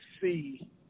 see